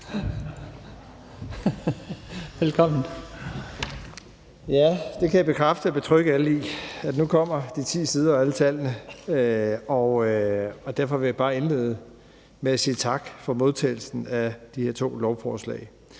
Bruus): Jeg kan bekræfte det og betrygge alle i, at nu kommer de ti sider og alle tallene, og derfor vil jeg bare indlede med at sige tak for modtagelsen af de her to lovforslag.